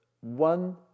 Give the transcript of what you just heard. one